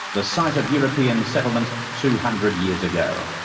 the site of european settlement two hundred years ago.